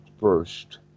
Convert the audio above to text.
first